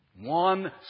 One